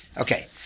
Okay